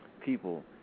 people